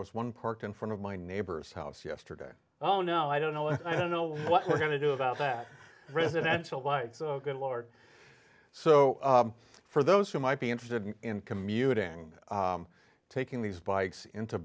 was one parked in front of my neighbor's house yesterday oh no i don't know i don't know what we're going to do about that residential whites oh good lord so for those who might be interested in commuting taking these bikes into